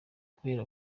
kubera